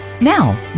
Now